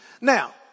Now